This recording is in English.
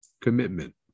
Commitment